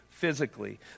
physically